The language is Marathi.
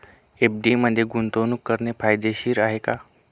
एफ.डी मध्ये गुंतवणूक करणे फायदेशीर आहे का?